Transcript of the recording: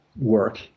work